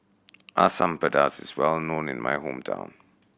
Asam Pedas is well known in my hometown